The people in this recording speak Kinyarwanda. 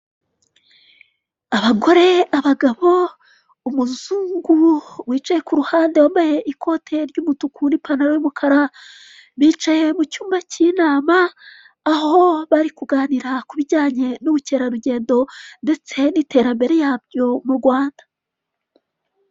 Abagore, abagabo, umuzungu wicaye ku ruhande wambaye ikote ry'umutuku n'ipantaro y'umukara, bicaye mu cyumba kinama aho bari kuganira kubijyanye n'ubukerarugendo ndetse n'iterambere yabyo mu Rwanda.